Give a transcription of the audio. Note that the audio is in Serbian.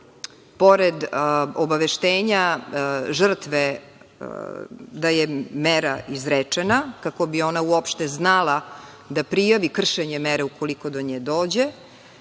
pored obaveštenja žrtve da je mera izrečena, kako bi ona uopšte znala da prijave kršenje mere, ukoliko do nje dođe,